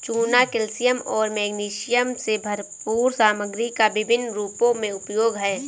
चूना कैल्शियम और मैग्नीशियम से भरपूर सामग्री का विभिन्न रूपों में उपयोग है